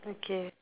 okay